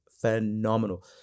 phenomenal